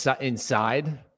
inside